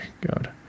God